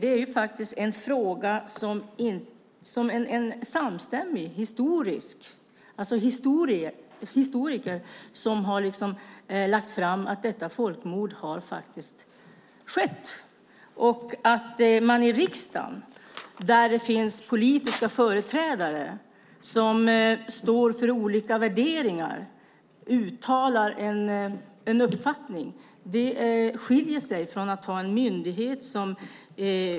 Det är en fråga där samstämmiga historiker har uttalat att detta folkmord faktiskt har skett. Att man i riksdagen, där det finns politiska företrädare som står för olika värderingar, uttalar en uppfattning skiljer sig från en myndighet.